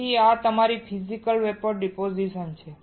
તેથી આ તમારી ફિઝિકલ વેપોર ડીપોઝીશન છે